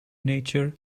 nature